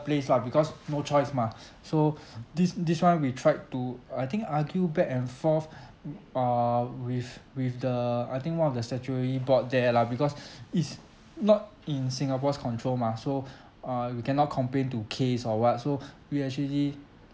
place lah because no choice mah so this this one we tried to I think argue back and forth uh err with with the I think one of the statuary board there lah because it's not in singapore's control mah so uh we cannot complain to CASE or [what] so we actually